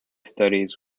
studies